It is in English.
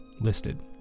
listed